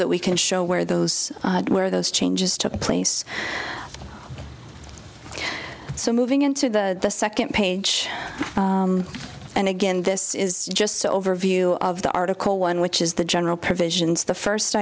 that we can show where those where those changes took place so moving into the second page and again this is just so overview of the article one which is the general provisions the first